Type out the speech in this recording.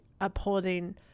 upholding